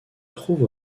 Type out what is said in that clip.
trouve